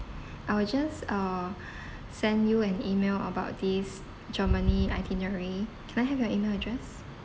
I will just uh send you an email about this germany itinerary can I have your email address